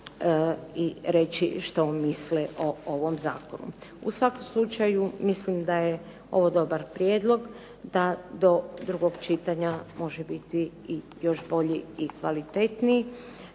i reći što misle o ovom zakonu. U svakom slučaju mislim da je ovo dobar prijedlog, da do drugog čitanja može biti i još bolji i kvalitetniji.